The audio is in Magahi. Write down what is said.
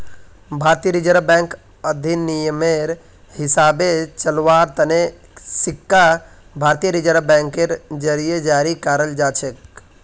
भारतीय रिजर्व बैंक अधिनियमेर हिसाबे चलव्वार तने सिक्का भारतीय रिजर्व बैंकेर जरीए जारी कराल जाछेक